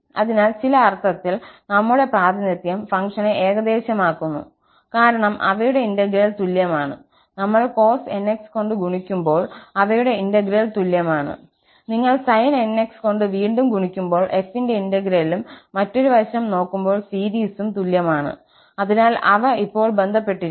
അതിനാൽ ചില അർത്ഥത്തിൽ നമ്മുടെ പ്രാതിനിധ്യം ഫംഗ്ഷനെ ഏകദേശമാക്കുന്നു കാരണം അവയുടെ ഇന്റഗ്രൽ തുല്യമാണ് നിങ്ങൾ cos nx കൊണ്ട് ഗുണിക്കുമ്പോൾ അവയുടെ ഇന്റഗ്രൽ തുല്യമാണ് നമ്മൾ sin nx കൊണ്ട് വീണ്ടും ഗുണിക്കുമ്പോൾ f ന്റെ ഇന്റഗ്രേലും മറ്റൊരു വശം നോക്കുമ്പോൾ സീരീസും തുല്യമാണ് അതിനാൽ അവ ഇപ്പോൾ ബന്ധപ്പെട്ടിരിക്കുന്നു